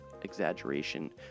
exaggeration